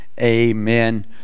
amen